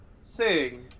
sing